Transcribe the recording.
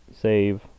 save